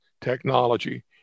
technology